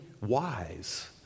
wise